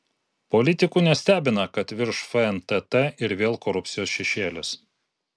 politikų nestebina kad virš fntt ir vėl korupcijos šešėlis